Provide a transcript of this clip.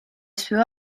sue